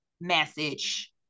message